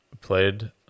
played